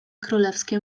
królewskie